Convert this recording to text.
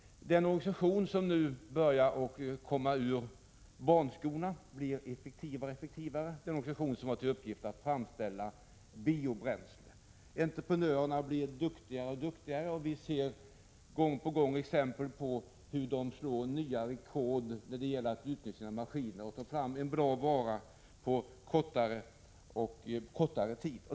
Den organisation som nu börjar komma ur barnskorna blir effektivare och effektivare. Det är en organisation som har till uppgift att framställa biobränslen. Entreprenörerna blir duktigare och duktigare, och vi ser gång på gång exempel på hur de slår nya rekord när det gäller att utnyttja maskiner och ta fram en bra vara på kortare och kortare tid.